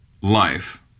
life